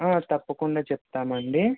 తప్పకుండా చెప్తామండి